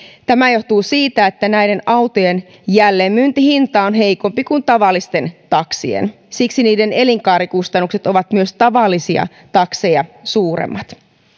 tämä johtuu siitä että näiden autojen jälleenmyyntihinta on heikompi kuin tavallisten taksien siksi myös niiden elinkaarikustannukset ovat tavallisia takseja suuremmat